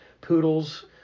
poodles